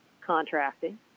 contracting